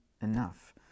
enough